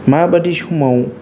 माबादि समाव